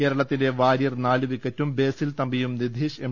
കേരളത്തിന്റെ വാര്യർ നാല് വിക്കറ്റും ബേസിൽ തമ്പി യും നിധീഷ് എം